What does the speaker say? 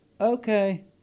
okay